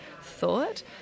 thought